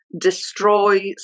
Destroy